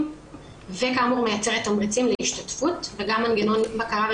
וכאמור מייצרת תמריצים להשתתפות וגם מנגנון בקרה,